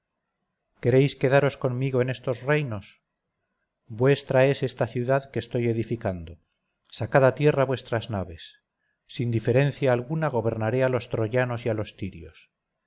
queréis quedaros conmigo en estos reinos vuestra es esta ciudad que estoy edificando sacad a tierra vuestras naves sin diferencia alguna gobernaré a los troyanos y a los tirios